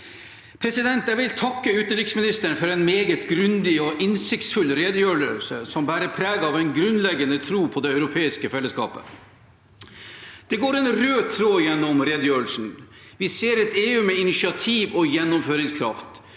Jeg vil takke utenriksministeren for en meget grundig og innsiktsfull redegjørelse, som bærer preg av en grunnleggende tro på det europeiske fellesskapet. Det går en rød tråd gjennom redegjørelsen. Vi ser et EU med initiativ og gjennomføringskraft.